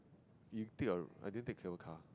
you take a I didn't take cable car